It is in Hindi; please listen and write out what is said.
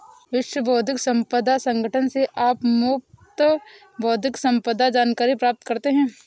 विश्व बौद्धिक संपदा संगठन से आप मुफ्त बौद्धिक संपदा जानकारी प्राप्त करते हैं